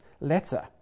letter